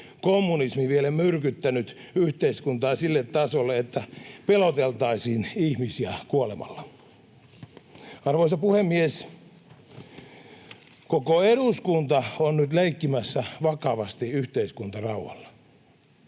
kommunismi vielä myrkyttänyt yhteiskuntaa sille tasolle, että peloteltaisiin ihmisiä kuolemalla. Arvoisa puhemies! Koko eduskunta on nyt leikkimässä vakavasti yhteiskuntarauhalla.